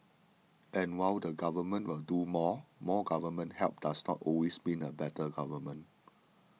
and while the government will do more more government help does not always mean a better government